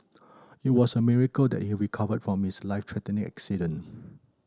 it was a miracle that he recovered from his life threatening accident